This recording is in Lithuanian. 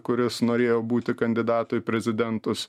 kuris norėjo būti kandidatu į prezidentus